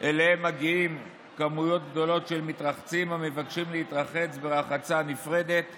שאליהן מגיעים מספרים גדולים של מתרחצים המבקשים להתרחץ ברחצה נפרדת